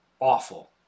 awful